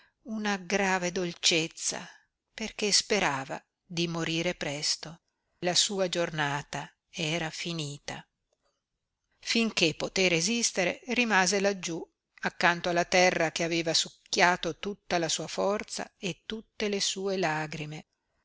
una grave dolcezza perché sperava di morire presto la sua giornata era finita finché poté resistere rimase laggiú accanto alla terra che aveva succhiato tutta la sua forza e tutte le sue lagrime